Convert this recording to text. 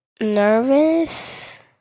nervous